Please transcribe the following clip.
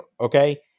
okay